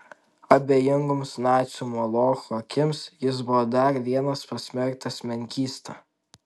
abejingoms nacių molocho akims jis buvo dar vienas pasmerktas menkysta